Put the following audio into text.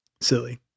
Silly